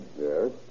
Yes